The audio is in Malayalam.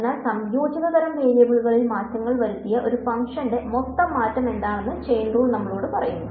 അതിനാൽ സംയോജിത തരം വേരിയബിളുകളിൽ മാറ്റങ്ങൾ വരുത്തിയ ഒരു ഫംഗ്ഷന്റെ മൊത്തം മാറ്റം എന്താണെന്ന് ചെയിൻ റൂൾ നമ്മോട് പറയുന്നു